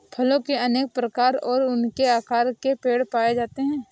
फलों के अनेक प्रकार और अनेको आकार के पेड़ पाए जाते है